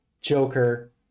Joker